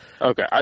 Okay